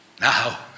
Now